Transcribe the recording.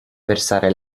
versare